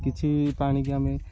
କିଛି ପାଣିବି ଆମେ